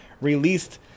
released